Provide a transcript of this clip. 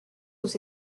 aux